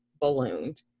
ballooned